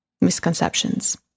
misconceptions